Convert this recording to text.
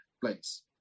place